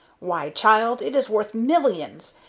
why, child, it is worth millions!